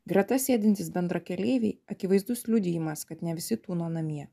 greta sėdintys bendrakeleiviai akivaizdus liudijimas kad ne visi tūno namie